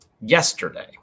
Yesterday